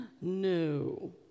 No